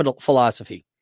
philosophy